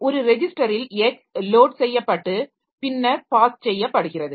ஒரு ரெஜிஸ்டரில் X load செய்யப்பட்டு பின்னர் பாஸ் செய்யப்படுகிறது